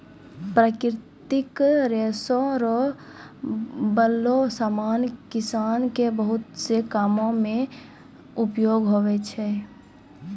प्राकृतिक रेशा रो बनलो समान किसान के बहुत से कामो मे उपयोग हुवै छै